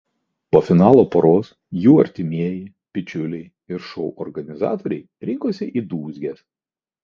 po finalo poros jų artimieji bičiuliai ir šou organizatoriai rinkosi į dūzges